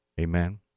Amen